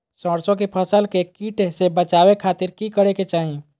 सरसों की फसल के कीट से बचावे खातिर की करे के चाही?